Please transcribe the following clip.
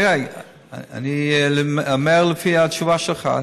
אני אומר לפי התשובה שלך.